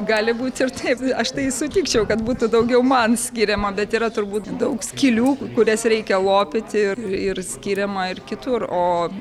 gali būti ir taip aš tai sutikčiau kad būtų daugiau man skiriama bet yra turbūt daug skylių kurias reikia lopyti ir ir skiriama ir kitur o